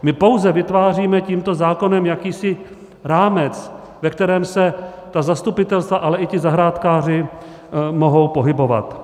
My pouze vytváříme tímto zákonem jakýsi rámec, ve kterém se zastupitelstva, ale i zahrádkáři mohou pohybovat.